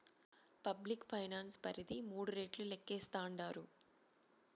public finance పరిధి మూడు రెట్లు లేక్కేస్తాండారు